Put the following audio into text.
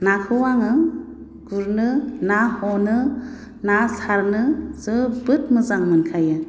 नाखौ आङो गुरनो ना हनो ना सारनो जोबोद मोजां मोनखायो